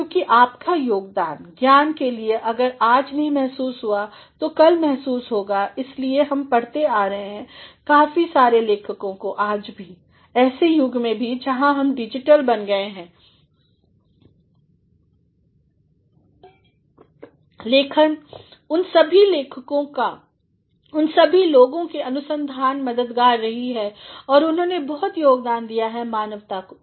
क्योंकि आपका योगदान ज्ञान के लिए अगर आज नहीं महसूस हुआ तो कल महसूस होगा इसलिए हम पढ़ते आ रहे हैं काफी सारे लेखकों को आज भी ऐसे युग में भी जहाँ हम डिजिटल बन गए हैं लेखिन उन सभी लोगों की लेखन इन सभी लोगों की अनुसंधान मददगार रही है और उन्होंने बहुत योगदान दिया है मानवता को